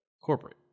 corporate